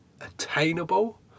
attainable